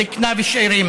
זקנה ושאירים,